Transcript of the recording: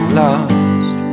lost